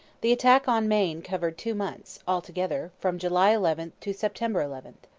the attack on maine covered two months, altogether, from july eleven to september eleven.